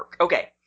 Okay